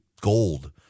gold